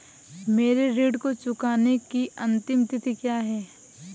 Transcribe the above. मेरे ऋण को चुकाने की अंतिम तिथि क्या है?